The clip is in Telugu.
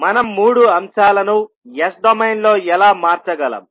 మనం మూడు అంశాలను S డొమైన్ లో ఎలా మార్చగలం